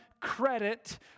credit